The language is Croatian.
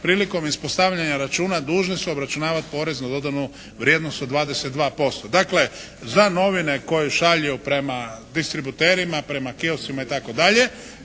prilikom ispostavljanja računa dužni su obračunavati porez na dodanu vrijednost od 22%. Dakle za novine koje šalje i oprema distributerima, prema kioscima itd. na